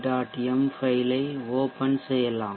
m file ஐ open செய்யலாம்